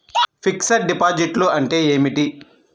Fixed డిపాజిట్లు అంటే ఏమిటి?